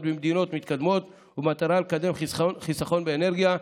במדינות מתקדמות ובמטרה לקדם חיסכון באנרגיה,